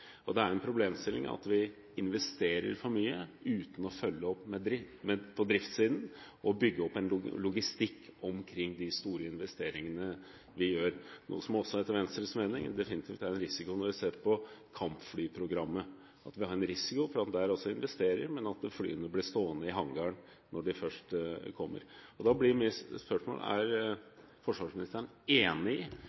Det er en problemstilling at vi investerer for mye, uten å følge opp på driftssiden og bygge opp en logistikk omkring de store investeringene vi gjør. Dette er også – etter Venstres mening – definitivt en risiko når vi ser på kampflyprogrammet. Det er en risiko for at vi også der investerer, og at flyene blir stående i hangaren når de først kommer. Mitt spørsmål blir da: Er